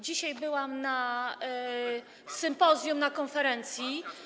Dzisiaj byłam na sympozjum, na konferencji.